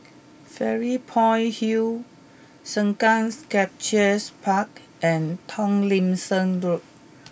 Fairy Point Hill Sengkang Sculptures Park and Tomlinson Road